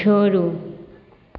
छोड़ू